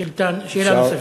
שאלה נוספת.